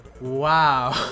Wow